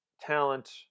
talent